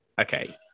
Okay